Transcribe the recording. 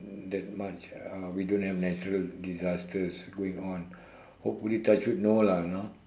that much uh we don't have natural disasters going on hopefully touch wood no lah know